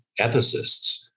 ethicists